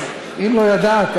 אם לא ידעת,